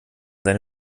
seine